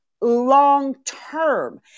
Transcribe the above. long-term